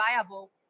viable